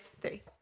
three